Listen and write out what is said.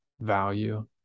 value